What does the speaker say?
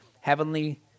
heavenly